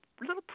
little